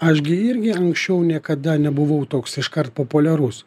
aš gi irgi anksčiau niekada nebuvau toks iškart populiarus